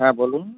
হ্যাঁ বলুন